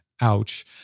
Ouch